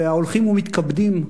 וההולכים ומתכבדים,